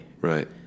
Right